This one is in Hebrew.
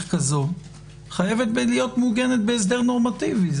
כזו חייבת להיות מעוגנת בהסדר נורמטיבי.